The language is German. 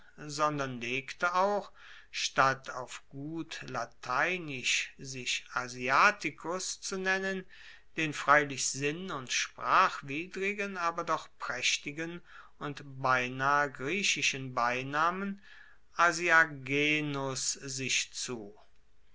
sondern legte auch statt auf gut lateinisch sich asiaticus zu nennen den freilich sinn und sprachwidrigen aber doch praechtigen und beinahe griechischen beinamen asiagenus sich zu